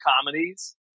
comedies